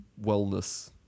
wellness